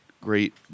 great